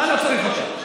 מה לא צריך אותה?